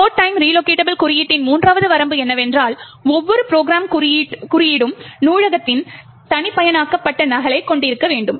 load time relocatable குறியீட்டின் மூன்றாவது வரம்பு என்னவென்றால் ஒவ்வொரு ப்ரொக்ராம் குறியீடும் நூலகத்தின் தனிப்பயனாக்கப்பட்ட நகலைக் கொண்டிருக்க வேண்டும்